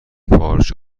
پارچ